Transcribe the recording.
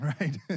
right